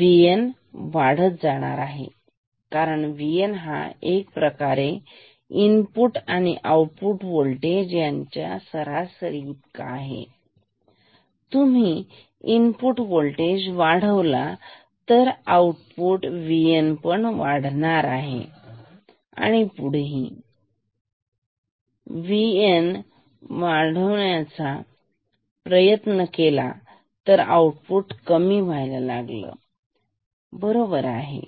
VN वाढेल कारण VN हा एकप्रकारे Vi आणि Vo यांच्या सरासरी इतका आहेतर तुम्ही Vi वाढवला आउटपुट मग VN पण वाढेल आणि VN वाढला म्हणजे हे 0 असेलVN वाढवण्याचा प्रयत्न केला तर आउटपुट कमी व्हायला लागेल बरोबर कारण